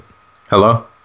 Hello